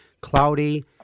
cloudy